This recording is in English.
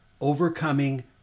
Overcoming